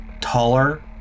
taller